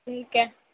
ٹھیک ہے